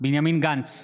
בנימין גנץ,